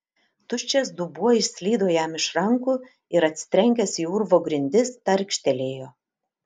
tuščias dubuo išslydo jam iš rankų ir atsitrenkęs į urvo grindis tarkštelėjo